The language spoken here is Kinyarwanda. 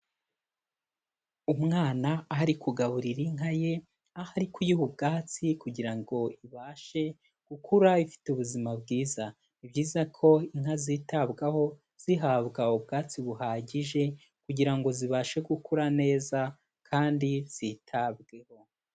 Umwana ari kugaburira inka ye, ahari kuyiha ubwatsi kugira ngo ibashe gukura ifite ubuzima bwiza, ni byiza ko inka zitabwaho zihabwa ubwatsi buhagije, kugira ngo zibashe gukura neza kandi zitabweho.